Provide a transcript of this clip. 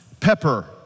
pepper